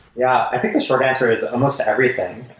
yeah. i think the short answer is almost everything